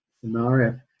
scenario